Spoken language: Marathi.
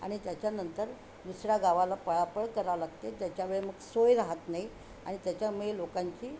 आणि त्याच्यानंतर दुसऱ्या गावाला पळापळ कराव लागते त्याच्यामुळे मग सोय राहात नाही आणि त्याच्यामुळे लोकांची